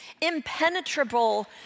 impenetrable